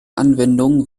anwendungen